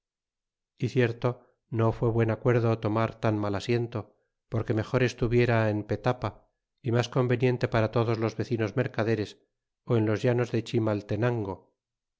y cierto no fué buen acuerdo tomar tan mal asiento porque mejor estuviera en pelapa y mas conveniente para todos los vecinos mercaderes ó en los llanos de chimaltenango y